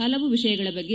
ಪಲವು ವಿಷಯಗಳ ಬಗ್ಗೆ